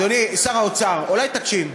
אדוני שר האוצר, אולי תקשיב?